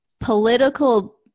Political